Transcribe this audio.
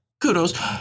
Kudos